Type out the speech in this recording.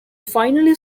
finally